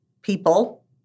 people